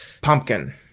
pumpkin